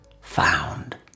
found